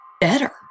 better